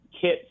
kits